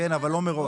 כן, אבל לא מראש.